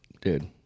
dude